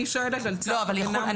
אני שואלת על צו הגנה מפני קטין.